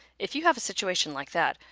if you have a situation like that,